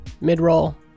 mid-roll